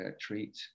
treat